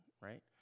Right